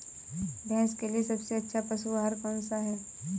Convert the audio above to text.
भैंस के लिए सबसे अच्छा पशु आहार कौन सा है?